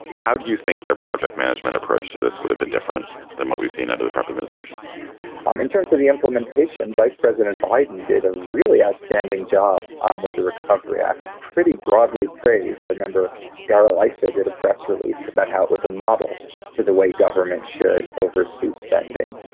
how do you think their project management approach to this would have been different than what we've seen under the trump administration um in terms of the implementation? vice president biden did a really outstanding job um with the recovery act pretty broadly praised. i remember darrell, i said at a press release about how it was a model for the way government should oversee spending.